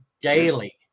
daily